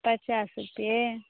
पचास रुपये